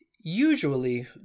usually